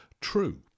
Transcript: true